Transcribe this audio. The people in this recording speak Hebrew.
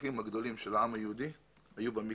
השידוכים הגדולים של העם היהודי היו במקווה.